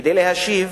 כדי להשיב,